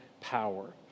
power